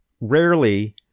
rarely